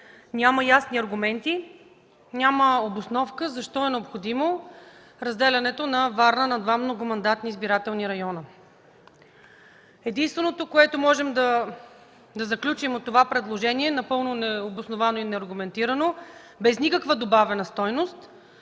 няма ясни аргументи, няма обосновка защо е необходимо разделянето на Варна на два многомандатни избирателни района. Единственото, което можем да заключим от това предложение – напълно необосновано и неаргументирано, без никаква добавена стойност